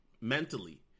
mentally